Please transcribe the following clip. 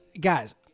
Guys